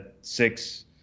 six